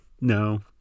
No